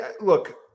Look